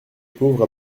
pauvre